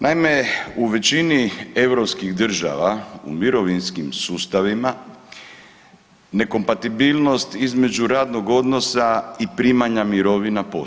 Naime, u većini europskih država u mirovinskim sustavima, nekompatibilnost između radnog odnosa i primanja mirovina postoji.